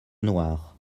noire